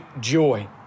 joy